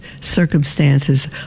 circumstances